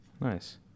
Nice